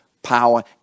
Power